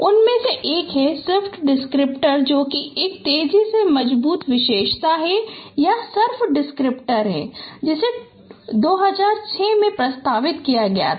उनमें से एक सिफ्ट डिस्क्रिप्टर जो कि एक तेजी से मजबूत विशेषताए है या सर्फ डिस्क्रिप्टर है जिसे 2006 में प्रस्तावित किया गया है